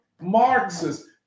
Marxists